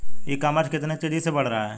ई commerce कितनी तेजी से बढ़ रहा है?